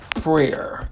prayer